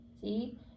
See